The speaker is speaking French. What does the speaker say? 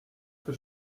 que